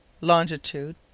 longitude